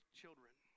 children